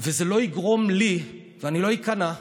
וזה לא יגרום לי, אני לא איכנע,